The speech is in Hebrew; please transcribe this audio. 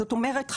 זאת אומרת,